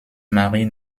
marie